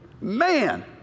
man